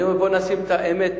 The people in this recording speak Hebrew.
אני אומר: בוא נשים את האמת